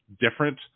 different